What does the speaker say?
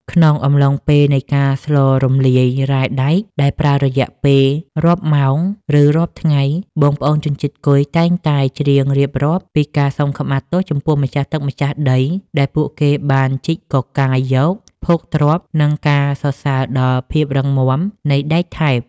ក្នុងកំឡុងពេលនៃការស្លរំលាយរ៉ែដែកដែលប្រើរយៈពេលរាប់ម៉ោង ឬរាប់ថ្ងៃ បងប្អូនជនជាតិគុយតែងតែច្រៀងរៀបរាប់ពីការសុំខមាទោសចំពោះម្ចាស់ទឹកម្ចាស់ដីដែលពួកគេបានជីកកកាយយកភោគទ្រព្យ និងការសរសើរដល់ភាពរឹងមាំនៃដែកថែប។